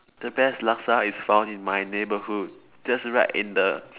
the best laksa is found in my neighborhood just right in the